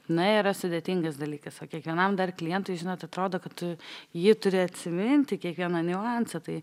na yra sudėtingas dalykas o kiekvienam dar klientui žinot atrodo kad tu jį turi atsiminti kiekvieną niuansą tai